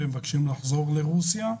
ומבקשים לחזור לרוסיה,